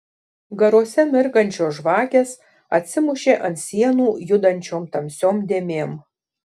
garuose mirgančios žvakės atsimušė ant sienų judančiom tamsiom dėmėm